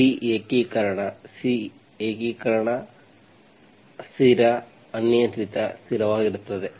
C ಏಕೀಕರಣ ಏಕೀಕರಣ ಸ್ಥಿರ ಅನಿಯಂತ್ರಿತ ಸ್ಥಿರವಾಗಿರುತ್ತದೆ